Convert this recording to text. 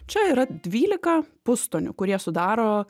čia yra dvylika pustonių kurie sudaro